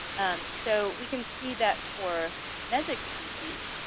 um so we can see that for mesic species